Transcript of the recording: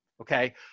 Okay